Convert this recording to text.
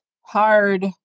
hard